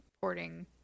porting